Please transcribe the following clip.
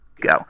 go